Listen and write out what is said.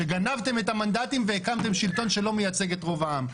שגנבתם את המנדטים והקמתם שלטון שלא מייצג את רוב העם.